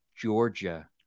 Georgia